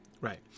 right